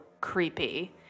creepy